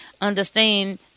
understand